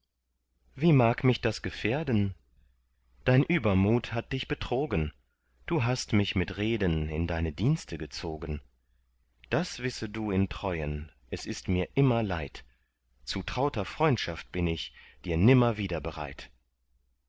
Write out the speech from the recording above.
wie mag mich das gefährden dein übermut hat dich betrogen du hast mich mit reden in deine dienste gezogen das wisse du in treuen es ist mir immer leid zu trauter freundschaft bin ich dir nimmer wieder bereit